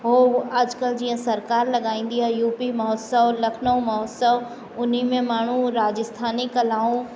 उहो अॼुकल्ह जीअं सरकारि लॻाईंदी आहे यू पी महोत्सव लखनऊ महोत्सव हुन में माण्हू राजस्थानी कलाऊं